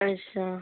अच्छा